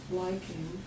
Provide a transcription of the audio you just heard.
liking